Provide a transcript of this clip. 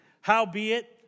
Howbeit